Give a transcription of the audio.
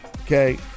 okay